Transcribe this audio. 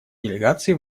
делегации